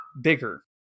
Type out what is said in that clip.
bigger